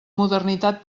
modernitat